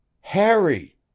Harry